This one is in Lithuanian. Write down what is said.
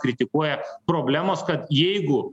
kritikuoja problemos kad jeigu